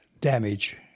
damage